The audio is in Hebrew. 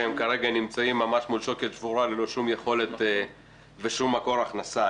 והם כרגע נמצאים ממש מול שוקת שבורה ללא שום יכולת ושום מקור הכנסה.